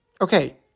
okay